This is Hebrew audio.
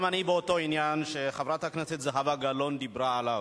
גם אני באותו עניין שחברת הכנסת זהבה גלאון דיברה עליו.